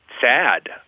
sad